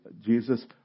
Jesus